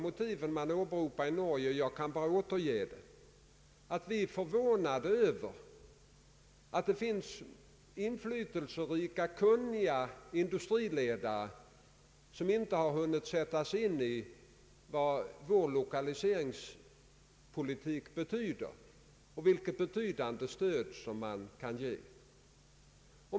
Det är kanske förvånansvärt att det finns inflytelserika, kunniga industriledare som inte har hunnit sätta sig in i vad vår lokaliseringspolitik betyder och vilket stöd man därmed kan ge.